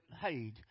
hey